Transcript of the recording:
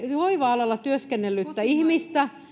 hoiva alalla työskennellyttä ihmistä